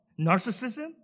narcissism